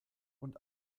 und